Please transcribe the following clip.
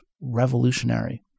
revolutionary